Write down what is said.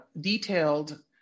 detailed